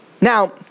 Now